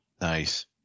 nice